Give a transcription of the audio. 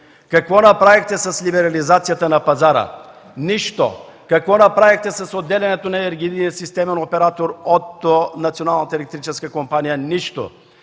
Какво направихте с либерализацията на пазара? – Нищо! Какво направихте с отделянето на енергийния системен оператор от